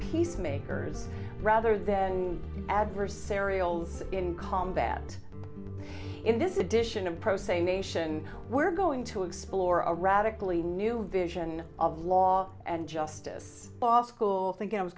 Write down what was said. peacemakers rather than adversarial in combat in this edition of pro se nation we're going to explore a radically new vision of law and justice off school thinking i was